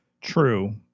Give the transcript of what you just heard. True